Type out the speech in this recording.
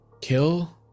kill